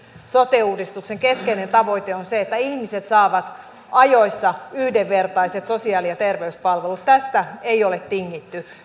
sote uudistuksen keskeinen tavoite on se että ihmiset saavat ajoissa yhdenvertaiset sosiaali ja terveyspalvelut tästä ei ole tingitty